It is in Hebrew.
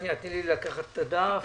תני לי לקחת את הדף,